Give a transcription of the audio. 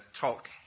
talk